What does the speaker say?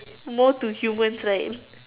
more to humans right